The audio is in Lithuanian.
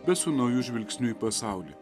bet su nauju žvilgsniu į pasaulį